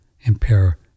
impair